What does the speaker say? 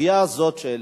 בסוגיה הזאת של